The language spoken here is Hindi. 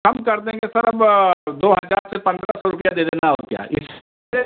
कम कर देंगे सर अब दो हज़ार से पंद्रह सौ रुपये दे देना और क्या इससे